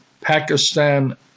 Pakistan